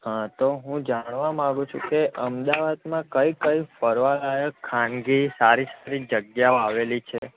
હા તો હું જાણવા માગું છું કે અમદાવાદમાં કઈ કઈ ફરવાલાયક ખાનગી સારી સારી જગ્યાઓ આવેલી છે